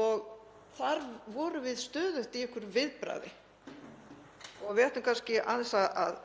og þar vorum við stöðugt í einhverju viðbragði. Við ættum kannski aðeins að